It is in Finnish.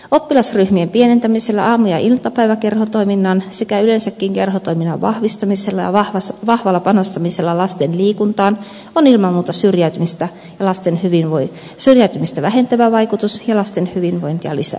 oppilasryhmien pienentämisellä aamu ja iltapäiväkerhotoiminnan sekä yleensäkin kerhotoiminnan vahvistamisella ja vahvalla panostamisella lasten liikuntaan on ilman muuta syrjäytymistä vähentävä vaikutus ja lasten hyvinvointia lisäävä vaikutus